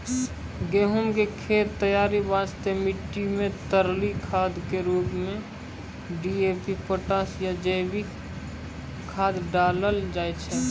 गहूम के खेत तैयारी वास्ते मिट्टी मे तरली खाद के रूप मे डी.ए.पी पोटास या जैविक खाद डालल जाय छै